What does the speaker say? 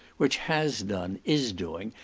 which has done, is doing,